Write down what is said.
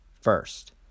First